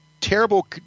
terrible